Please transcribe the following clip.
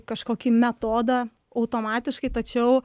kažkokį metodą automatiškai tačiau